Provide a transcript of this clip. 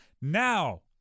Now